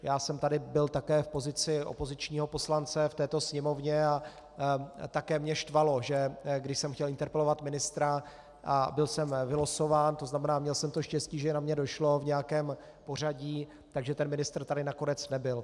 Já jsem tu byl také v pozici opozičního poslance v této Sněmovně a také mě štvalo, že když jsem chtěl interpelovat ministra a byl jsem vylosován, to znamená, měl jsem to štěstí, že na mě došlo v nějakém pořadí, tak ten ministr tady nakonec nebyl.